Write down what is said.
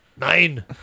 Nein